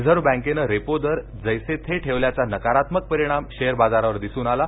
reserve बँकेनं repo दर जैसे थे ठेवल्याचा नकारात्मक परिणाम शेअर बाजारावर दिसून आला